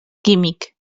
químic